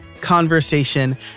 conversation